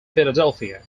philadelphia